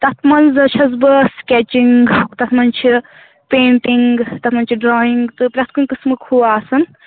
تَتھ منٛز چھَس بہٕ سکیچِنٛگ تَتھ منٛز چھِ پینٹِنٛگ تَتھ منٛز چھِ ڈرایِنٛگ تہٕ پرٛٮ۪تھ کُنہِ قٕسمُک ہُہ آسان